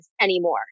anymore